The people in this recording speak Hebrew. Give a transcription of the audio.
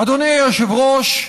אדוני היושב-ראש,